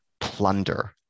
Plunder